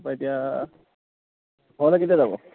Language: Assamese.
তাৰ পৰা এতিয়া ঘৰলৈ কেতিয়া যাব